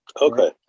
Okay